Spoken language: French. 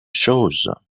chose